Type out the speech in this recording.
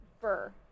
fur